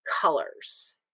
colors